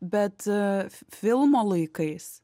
bet f filmo laikais